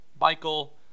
Michael